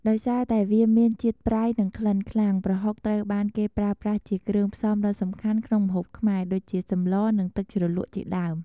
ដោយសារតែវាមានជាតិប្រៃ និងក្លិនខ្លាំង ប្រហុកត្រូវបានគេប្រើប្រាស់ជាគ្រឿងផ្សំដ៏សំខាន់ក្នុងម្ហូបខ្មែរ ដូចជាសម្ល និងទឹកជ្រលក់ជាដើម។